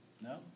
No